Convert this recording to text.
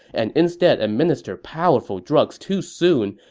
and instead administer powerful drugs too soon,